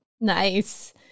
Nice